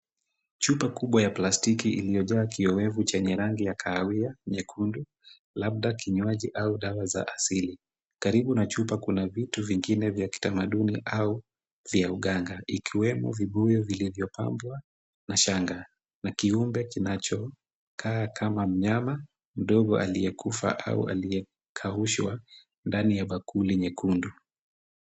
Chupa kubwa ya plastiki, iliyojaa kiowevu chenye rangi ya kahawia nyekundu, labda kinywaji au dawa za asili, karibu na chupa kuna vitu vingine vya kitamaduni au vya uganga, ikiwemo vibuyu vilivyopambwa, na shanga, na kiumbe kinachokaa kama mnyama ndogo aliyekufa au aliyekaushwa ndani ya bakuli nyekundu.